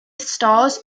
stars